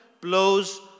blows